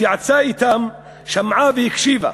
התייעצה אתם, שמעה והקשיבה.